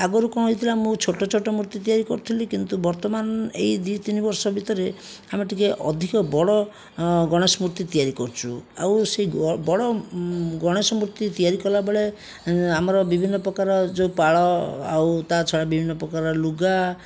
ଆଗରୁ କ'ଣ ହୋଇଥିଲା ମୁଁ ଛୋଟ ଛୋଟ ମୂର୍ତ୍ତି ତିଆରି କରୁଥିଲି କିନ୍ତୁ ବର୍ତ୍ତମାନ ଏଇ ଦୁଇ ତିନି ବର୍ଷ ଭିତରେ ଆମେ ଟିକିଏ ଅଧିକ ବଡ଼ ଅଁ ଗଣେଶ ମୂର୍ତ୍ତି ତିଆରି କରୁଛୁ ଆଉ ସେଇ ବଡ଼ ଗଣେଶ ମୂର୍ତ୍ତି ତିଆରି କଲାବେଳେ ଏଁ ଆମର ବିଭିନ୍ନପ୍ରକାର ଯେଉଁ ପାଳ ଆଉ ତା ଛଡ଼ା ବିଭିନ୍ନପ୍ରକାର ଲୁଗା